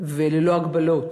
וללא הגבלות,